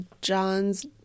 John's